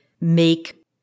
make